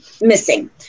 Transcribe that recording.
missing